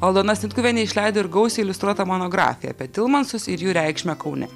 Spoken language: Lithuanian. aldona snitkuvienė išleido ir gausiai iliustruotą monografiją apie tilmansus ir jų reikšmę kaune